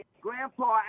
Grandpa